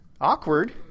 Awkward